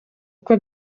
uko